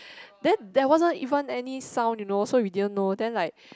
then there wasn't even any sound you know so we didn't know then like